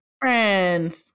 friends